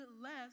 less